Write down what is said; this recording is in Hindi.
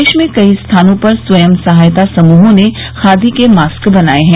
देश में कई स्थानों पर स्वयं सहायता समूहों ने खादी के मास्क बनाए हैं